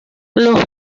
los